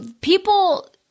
people